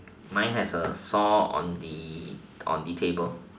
mine has a saw on the on the table